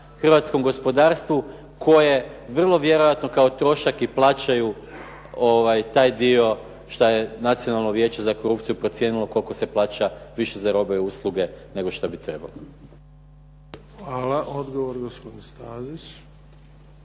hrvatskom gospodarstvu koje vrlo vjerojatno kao trošak i plaćaju taj dio šta je Nacionalno vijeće za korupciju procijenilo koliko se plaća više za robe i usluge nego što bi trebalo. **Bebić, Luka (HDZ)** Hvala. Odgovor gospodin Stazić.